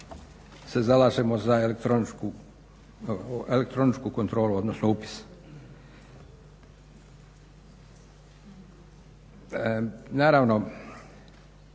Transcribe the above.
se zalažemo za elektroničku kontrolu, odnosno upis. Naravno,